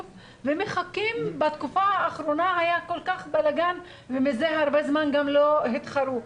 ומחכים כי בתקופה האחרונה היה כל-כך בלגן ומזה הרבה זמן שלא התחרו.